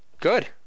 Good